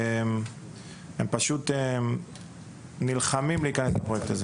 הם נלחמים כדי להיכנס לפרויקט הזה.